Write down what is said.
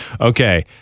Okay